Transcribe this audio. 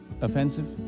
offensive